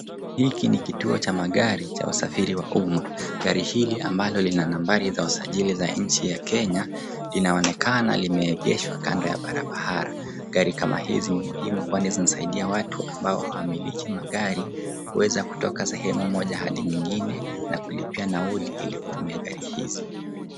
Hiki ni kituo cha magari cha usafiri wa umma. Gari hili ambalo lina nambari za wasajili za nchi ya Kenya , linaonekana limeegeshwa kando ya barabara. Gari kama hizi ni muhimu kwani zinasaidia watu ambao hawamiliki magari kuweza kutoka sehemu moja hadi nyingine na kulipia nauli ili kutumia gari hizi.